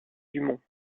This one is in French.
dumont